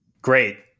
Great